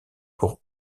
pour